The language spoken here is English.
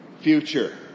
Future